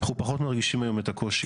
אנחנו פחות מרגישים היום את הקושי.